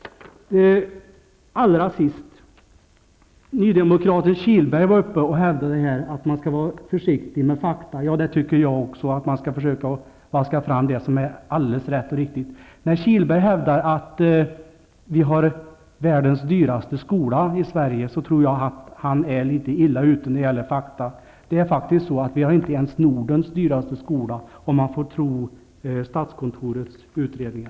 Allra sist: Nydemokraten Kihlberg hävdade att man skall vara försiktig med fakta. Ja, jag tycker också att man skall försöka vaska fram det som är alldeles rätt och riktigt. När Kihlberg hävdar att Sverige har världens dyraste skola, tror jag att han är illa ute i fråga om fakta. Faktum är att vi har inte ens Nordens dyraste skola, om man får tro statskontorets utredningar.